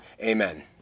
Amen